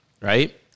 Right